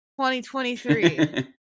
2023